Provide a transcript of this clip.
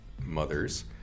mothers